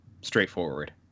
straightforward